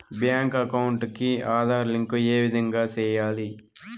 Bank account కి Aadhaar link ఏ విధంగా సెయ్యాలి?